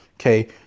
Okay